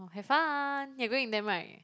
oh have fun you're going with them [right]